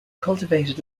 cultivated